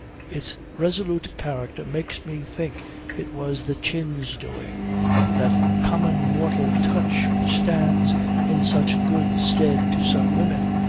its resolute character makes me think it was the chin's doing that common mortal touch which stands in such good stead to some women.